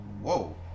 Whoa